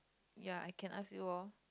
ya I can ask you lor